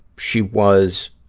she was,